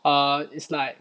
err it's like